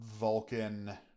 Vulcan